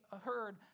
heard